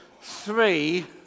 Three